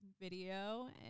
video